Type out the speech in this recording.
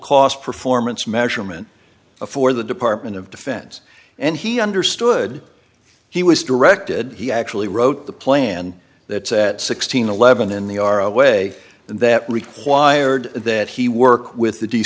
cost performance measurement for the department of defense and he understood he was directed he actually wrote the plan that set sixteen eleven in the our way and that required that he work with the d